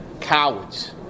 Cowards